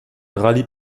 rallie